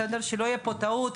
שלא תהיה פה טעות,